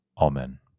Amen